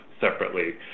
separately